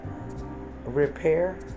repair